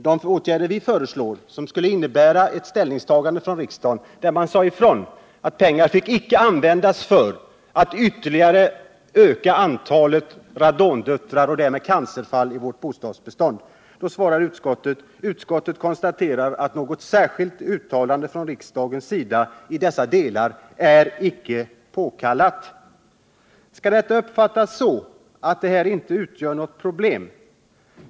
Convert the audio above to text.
De åtgärder som vi föreslår skulle innebära ett ställningstagande från riksdagen, där man sade ifrån att pengar inte fick användas för att ytterligare öka antalet radondöttrar och därmed cancerfall i vårt bostadsbestånd. Utskottet konstaterar att något särskilt uttalande från riksdagens sida i dessa delar inte är påkallat. Skall det uppfattas så att detta inte utgör något problem?